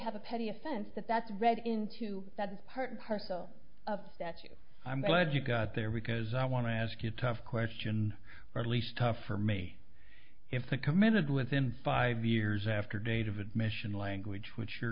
have a petty offense that that's read into that part and parcel of that you i'm glad you got there because i want to ask you a tough question or at least tough for me if the committed within five years after date of admission language which